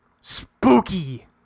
Spooky